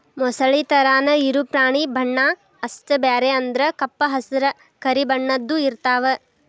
ಮೊಸಳಿ ತರಾನ ಇರು ಪ್ರಾಣಿ ಬಣ್ಣಾ ಅಷ್ಟ ಬ್ಯಾರೆ ಅಂದ್ರ ಕಪ್ಪ ಹಸರ, ಕರಿ ಬಣ್ಣದ್ದು ಇರತಾವ